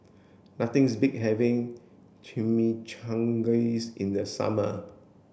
nothings beats having Chimichangas in the summer